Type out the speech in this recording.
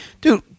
dude